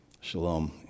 Shalom